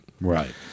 Right